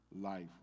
life